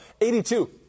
82